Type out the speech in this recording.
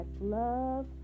love